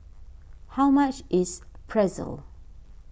how much is Pretzel